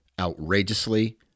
outrageously